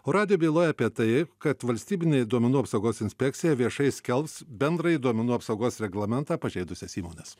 o radijo byloj apie tai kad valstybinė duomenų apsaugos inspekcija viešai skelbs bendrąjį duomenų apsaugos reglamentą pažeidusias įmones